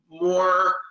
more